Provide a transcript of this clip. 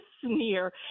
sneer